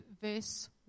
verse